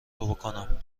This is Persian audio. بکنم